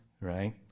right